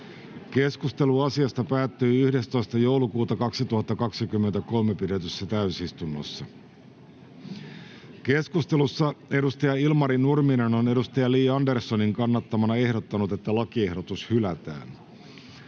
Keskustelu asiasta päättyi 11.12.2023 pidetyssä täysistunnossa. Keskustelussa Ilmari Nurminen on Li Anderssonin kannattamana ehdottanut, että lakiehdotus hylätään.